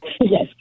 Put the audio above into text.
Yes